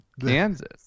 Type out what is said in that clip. Kansas